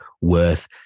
worth